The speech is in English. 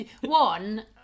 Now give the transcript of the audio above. One